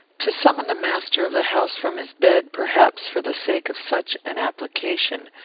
to summon the master of the house from his bed, perhaps, for the sake of such an application,